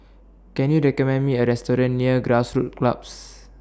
Can YOU recommend Me A Restaurant near Grassroots Club